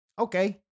Okay